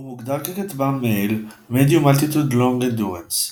הוא מוגדר ככטב"ם MALE-Medium Altitude Long Endurance.